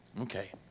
Okay